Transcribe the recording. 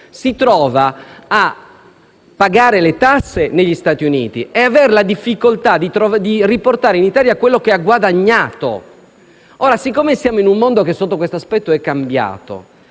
si trova a pagare le tasse negli Stati Uniti e ad avere la difficoltà di riportare in Italia quello che ha guadagnato. Siccome siamo in un mondo che, sotto questo aspetto, è cambiato,